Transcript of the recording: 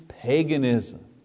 paganism